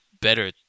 better